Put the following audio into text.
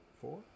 Four